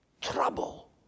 trouble